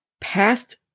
past